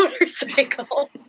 motorcycle